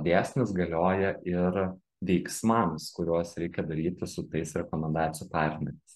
dėsnis galioja ir veiksmams kuriuos reikia daryti su tais rekomendacijų partneriais